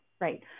right